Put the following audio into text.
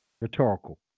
Rhetorical